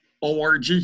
org